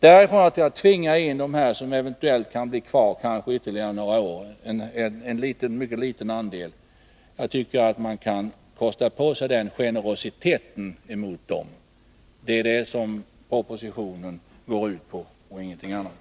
Däremot är det inte nödvändigt att tvinga dem som har gamla mopeder kvar ytterligare några år, en mycket liten andel, till att registrera sina fordon. Jag tycker att man kan kosta på sig den generositeten. Det är detta propositionen går ut på och ingenting annat.